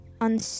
on